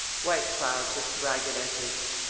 white clouds with ragged edges.